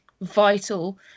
vital